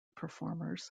performers